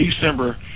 December